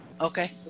Okay